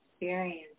experience